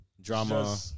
Drama